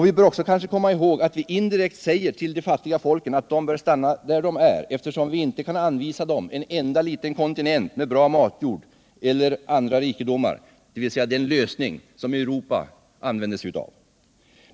Vi bör kanske också komma ihåg, att vi indirekt säger till de fattiga folken att de bör stanna där de är, eftersom vi inte kan anvisa dem en enda liten kontinent med bra matjord eller andra — Nr 54 rikedomar, dvs. den lösning som Europa använder sig av.